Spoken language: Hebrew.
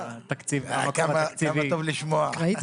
כמה טוב לשמוע.